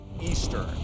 Eastern